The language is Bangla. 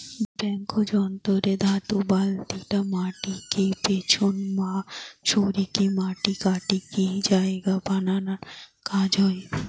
ব্যাকহো যন্ত্র রে ধাতু বালতিটা মাটিকে পিছনমা সরিকি মাটি কাটিকি জায়গা বানানার কাজ হয়